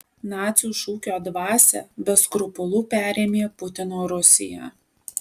nacių šūkio dvasią be skrupulų perėmė putino rusija